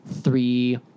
three